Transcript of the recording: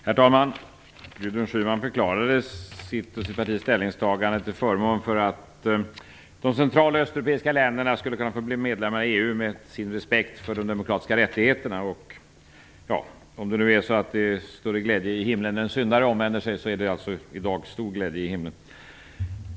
Herr talman! Gudrun Schyman förklarade sitt och sitt partis ställningstagande till förmån för att de central och östeuropeiska länderna skall kunna få bli medlemmar i EU med sin respekt för de demokratiska rättigheterna. Om det nu är så att det är större glädje i himlen när en syndare omvänder sig är det alltså i dag stor glädje i himlen.